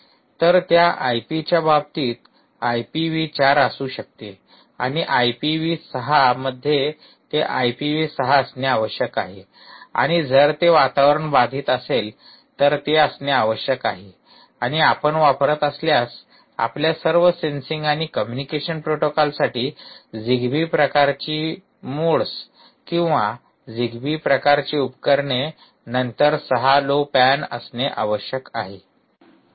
तर IP च्या बाबतीत आयपी व्ही 4 असू शकते आणि आयपी व्ही 6 मध्ये ते आयपी व्ही 6 असणे आवश्यक आहे आणि जर ते वातावरण बाधित असेल तर ते असणे आवश्यक आहे आणि आपण वापरत असल्यास आपल्या सर्व सेन्सिंग आणि कम्युनिकेशन प्रोटोकॉलसाठी झिगबी प्रकारची मोड्स किंवा झिगबी प्रकारची उपकरणे नंतर 6 लो पॅन असणे आवश्यक आहे